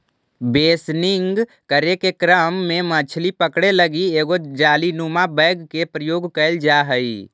बेसनिंग करे के क्रम में मछली पकड़े लगी एगो जालीनुमा बैग के प्रयोग कैल जा हइ